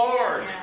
Lord